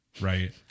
right